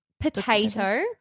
Potato